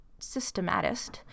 systematist